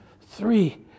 three